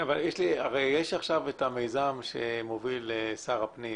יש עכשיו את המיזם שמוביל שר הפנים